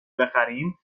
بخریم